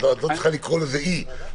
את לא צריכה לקרוא לזה אי,